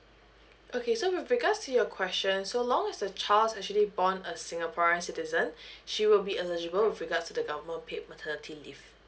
okay so with regards to your question so long as the child is actually born a singaporean citizen she will be eligible with regards to the government paid maternity leave